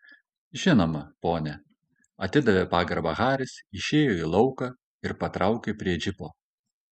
žinoma pone atidavė pagarbą haris išėjo į lauką ir patraukė prie džipo